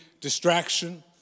distraction